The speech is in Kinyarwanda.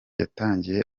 yatangiye